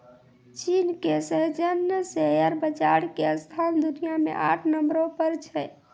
चीन के Shenzhen share बाजार के स्थान दुनिया मे आठ नम्बरो पर छै